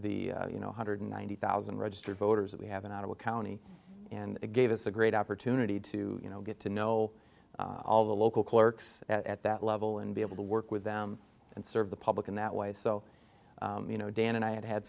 the you know hundred ninety thousand registered voters that we have an out of the county and it gave us a great opportunity to you know get to know all the local clerks at that level and be able to work with them and serve the public in that way so you know dan and i had had